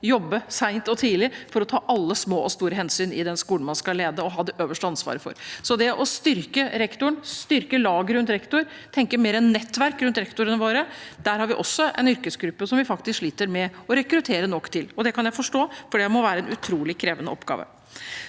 jobbe sent og tidlig for å ta alle små og store hensyn i den skolen man skal lede og ha det øverste ansvaret for. Så det gjelder å styrke rektoren, styrke laget rundt rektoren og tenke mer nettverk rundt rektorene våre. Der har vi også en yrkesgruppe som vi faktisk sliter med å rekruttere nok til, og det kan jeg forstå, for det må være en utrolig krevende oppgave.